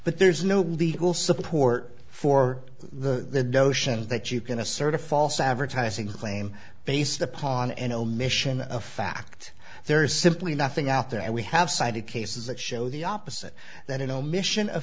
but there's no legal support for the notion that you can assert a false advertising claim based upon an omission a fact there is simply nothing out there and we have cited cases that show the opposite that an omission